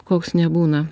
koks nebūna